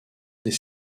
des